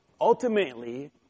ultimately